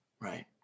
Right